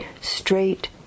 straight